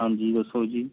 ਹਾਂਜੀ ਦੱਸੋ ਜੀ